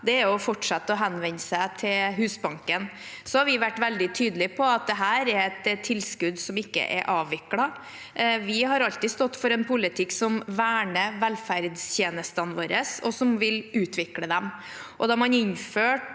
er å fortsette å henvende seg til Husbanken. Så har vi vært veldig tydelige på at dette er et tilskudd som ikke er avviklet. Vi har alltid stått for en politikk som verner velferdstjenestene våre, og som vil utvikle dem, og da man innførte